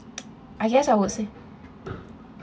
I guess I would say